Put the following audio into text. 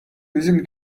using